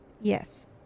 Yes